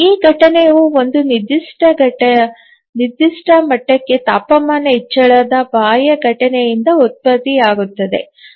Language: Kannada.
ಈ ಘಟನೆಯು ಒಂದು ನಿರ್ದಿಷ್ಟ ಮಟ್ಟಕ್ಕೆ ತಾಪಮಾನ ಹೆಚ್ಚಳದ ಬಾಹ್ಯ ಘಟನೆಯಿಂದ ಉತ್ಪತ್ತಿಯಾಗುತ್ತದೆ